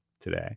today